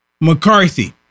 McCarthy